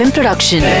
Production